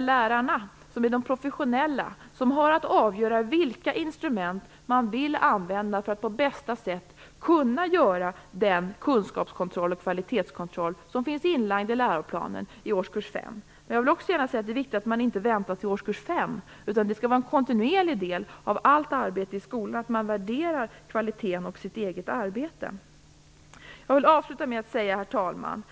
lärarna, som är de professionella, som har att avgöra vilka instrument man vill använda för att på bästa sätt kunna göra den kunskapskontroll och kvalitetskontroll som finns inlagd i läroplanen i årskurs 5. Det är emellertid viktigt att man inte väntar till årskurs 5, utan det skall kontinuerligt vara en del av allt arbete i skolan att man värderar kvaliteten och sitt eget arbete. Herr talman!